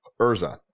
Urza